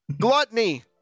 Gluttony